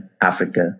Africa